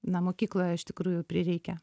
na mokykloje iš tikrųjų prireikia